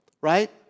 right